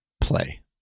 Play